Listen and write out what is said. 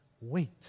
wait